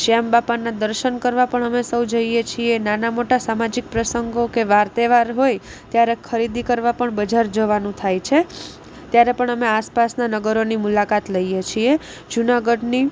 શ્યામ બાપાના દર્શન કરવા પણ અમે સૌ જઈએ છીએ નાના મોટા સામાજિક પ્રસંગો કે વાર તહેવાર હોય ત્યારે ખરીદી કરવા પણ બજાર જવાનું થાય છે ત્યારે પણ અમે આસપાસના નગરોની મુલાકાત લઈએ છીએ જુનાગઢની